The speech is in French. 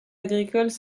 agricoles